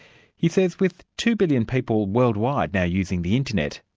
he says with two billion people worldwide now using the internet,